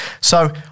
So-